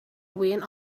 wind